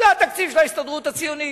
זה התקציב של ההסתדרות הציונית.